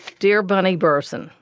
dear bunny berson,